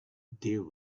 there